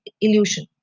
illusion